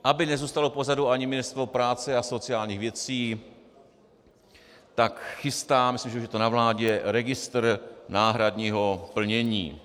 Aby nezůstalo pozadu ani Ministerstvo práce a sociálních věcí, tak chystá, myslím, že už je to na vládě, registr náhradního plnění.